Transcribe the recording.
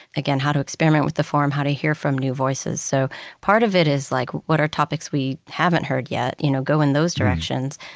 again, how to experiment with the form, how to hear from new voices so part of it is like, what are topics we haven't heard yet? you know go in those directions.